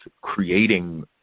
creating